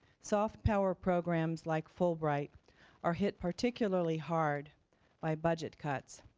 soft power programs like fulbright are hit particularly hard by budget cuts.